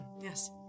yes